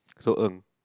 so Ng